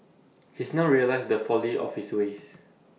he's now realised the folly of his ways